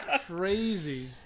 crazy